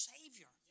Savior